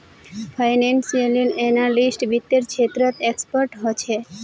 financial analyst वित्त्तेर क्षेत्रत expert ह छे